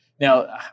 Now